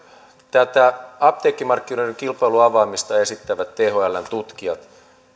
tätä apteekkimarkkinoiden kilpailun avaamista esittävät thln tutkijat